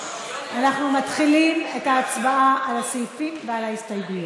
אנחנו מתחילים את ההצבעה על הסעיפים ועל ההסתייגויות.